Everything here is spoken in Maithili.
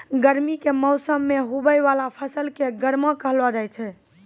गर्मी के मौसम मे हुवै वाला फसल के गर्मा कहलौ जाय छै